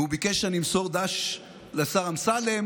והוא ביקש שאני אמסור ד"ש לשר אמסלם.